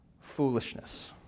foolishness